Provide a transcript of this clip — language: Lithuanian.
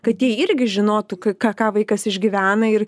kad jie irgi žinotų ką ką vaikas išgyvena ir